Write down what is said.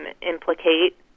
implicate